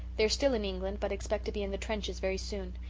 they are still in england but expect to be in the trenches very soon.